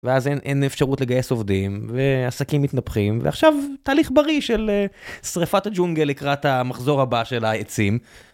ואז אין אפשרות לגייס עובדים ועסקים מתנפחים ועכשיו תהליך בריא של שריפת הג'ונגל לקראת המחזור הבא של העצים.